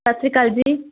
ਸਤਿ ਸ਼੍ਰੀ ਅਕਾਲ ਜੀ